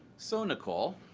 so, nicole,